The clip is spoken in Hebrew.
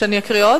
שאני אקריא עוד?